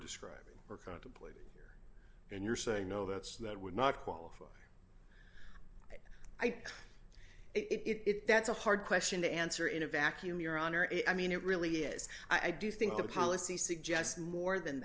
describing or contemplated and you're saying no that's that would not qualify i think it that's a hard question to answer in a vacuum your honor i mean it really is i do think the policy suggests more than